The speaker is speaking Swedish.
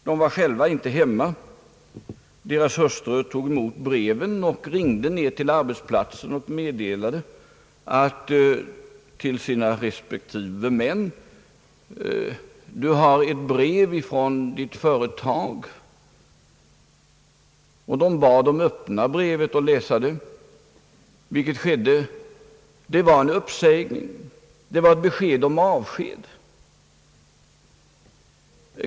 De var själva inte hemma utan deras hustrur tog emot breven, ringde till arbetsplatsen och meddelade sina respektive män: »Du har fått ett brev från ditt företag.» Breven öppnades och lästes upp — det var en uppsägning, ett meddelande om avsked.